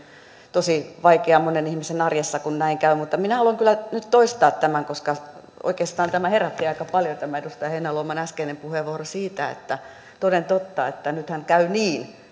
tosi vaikeaa monen ihmisen arjessa kun näin käy mutta minä haluan kyllä nyt toistaa tämän koska oikeastaan tämä herätti aika paljon tämä edustaja heinäluoman äskeinen puheenvuoro että toden totta nythän käy niin